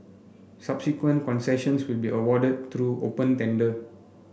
subsequent concessions will be awarded through open tender